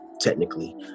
technically